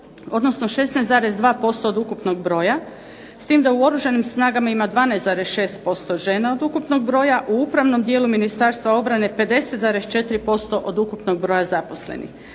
odnosno 16,2% od ukupnog broja s tim da u Oružanim snagama ima 12,6% žena od ukupnog broja, u upravnom dijelu Ministarstva obrane 50,4% od ukupnog broja zaposlenih.